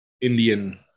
Indian